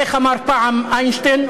איך אמר פעם איינשטיין?